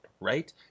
right